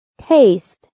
taste